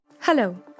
Hello